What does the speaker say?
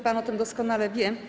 Pan o tym doskonale wie.